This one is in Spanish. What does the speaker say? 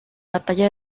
batalla